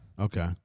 Okay